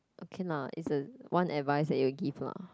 can lah is a one advise that you'll give lah